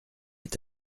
est